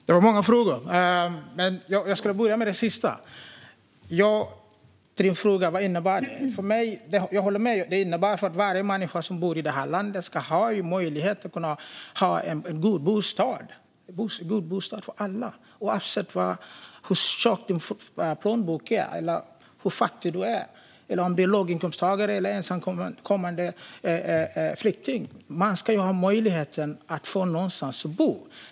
Fru talman! Det var många frågor, men jag ska börja med den sista. Du frågade vad det innebär, Ola Johansson. Jag håller med om att det innebär att varje människa som bor i detta land ska ha möjlighet att ha en god bostad. Alla ska ha detta oavsett hur tjock plånbok man har, hur fattig man är eller om man är låginkomsttagare eller ensamkommande flykting. Man ska ha möjlighet att få någonstans att bo.